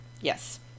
Yes